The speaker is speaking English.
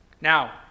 Now